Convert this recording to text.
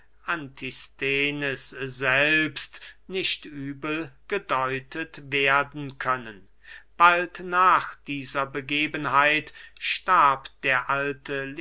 antisthenes selbst nicht übel gedeutet werden können bald nach dieser begebenheit starb der alte